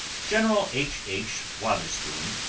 general h h. wotherspoon,